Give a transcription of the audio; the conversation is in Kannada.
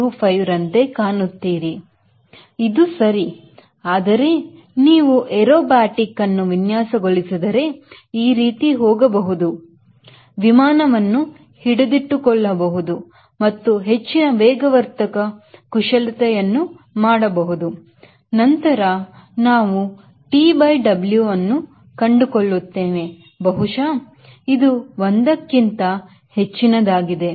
25 ರಂತೆ ಕಾಣುತ್ತೀರಿ ಇದು ಸರಿ ಆದರೆ ನೀವು ಏರೊಬ್ಯಾಟಿಕ್ ಅನ್ನು ವಿನ್ಯಾಸಗೊಳಿಸಿದರೆ ಈ ರೀತಿ ಹೋಗಬಹುದು ವಿಮಾನವನ್ನು ಹಿಡಿದಿಟ್ಟುಕೊಳ್ಳಬಹುದು ಮತ್ತು ಹೆಚ್ಚಿನ ವೇಗವರ್ಧಕ ಕುಶಲತೆಯನ್ನು ಮಾಡಬಹುದು ನಂತರ ನಾವು T ಇಂದ W ಅನ್ನು ಕಂಡುಕೊಳ್ಳುತ್ತೇವೆ ಬಹುಶಃ ಇದು ಒಂದಕ್ಕಿಂತ ಹೆಚ್ಚಿನದಾಗಿದೆ